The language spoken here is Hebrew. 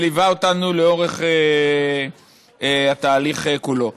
הוא ליווה אותנו לאורך התהליך כולו.